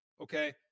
Okay